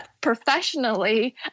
professionally